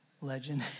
legend